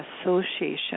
association